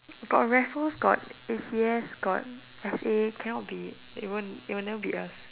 but Raffles got A_C_S got S_A cannot be they won't they won't never beat us